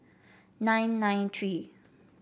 nine nine three